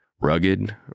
Rugged